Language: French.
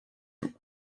yon